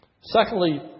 Secondly